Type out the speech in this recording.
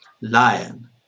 lion